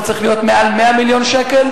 זה צריך להיות מעל 100 מיליון שקל.